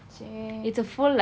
!chey!